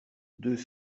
deux